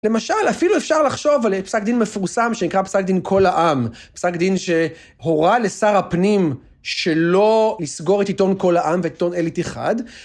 למשל, אפילו אפשר לחשוב על פסק דין מפורסם, שנקרא פסק דין "קול העם". פסק דין שהורה לשר הפנים שלא לסגור את עיתון "קול העם" ואת עיתון "אל-איתיחאד".